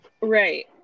Right